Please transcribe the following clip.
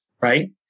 right